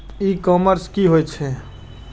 ई commerce की होए छै?